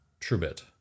TrueBit